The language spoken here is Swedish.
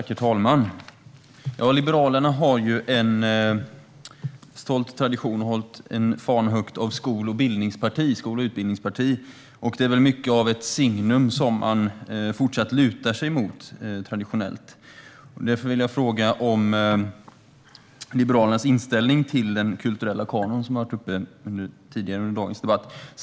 Herr talman! Liberalerna har en stolt tradition att vara ett skol och utbildningsparti. Detta är väl något av ett signum som man har fortsatt att luta sig mot. Därför vill jag fråga om Liberalernas inställning till den kulturella kanon som har tagits upp tidigare under dagens debatt.